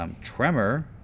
Tremor